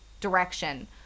direction